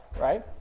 right